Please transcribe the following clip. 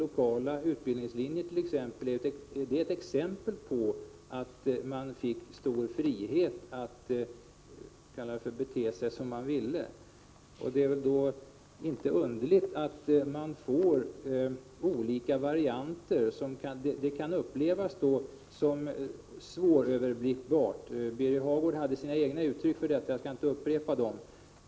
Lokala utbildningslinjer är ett exempel på att man inom olika utbildningar fick större frihet att själv bestämma. Det är då inte underligt att det uppstår olika varianter — vilket kan upplevas som svåröverblickbart. Birger Hagård hade egna uttryck för detta som jag inte skall upprepa.